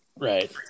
Right